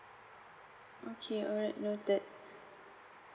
okay alright noted